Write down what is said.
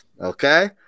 Okay